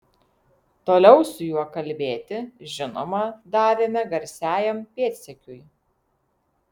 toliau su juo kalbėti žinoma davėme garsiajam pėdsekiui